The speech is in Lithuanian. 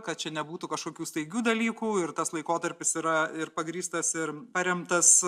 kad čia nebūtų kažkokių staigių dalykų ir tas laikotarpis yra ir pagrįstas ir paremtas